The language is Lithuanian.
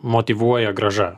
motyvuoja grąža